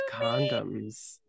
condoms